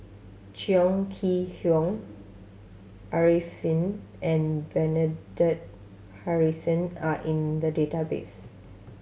Chong Kee Hiong Arifin and Bernard Harrison are in the database